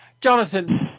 Jonathan